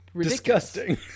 Disgusting